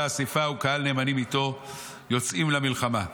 אספה וקהל נאמנים איתו יוצאים למלחמה.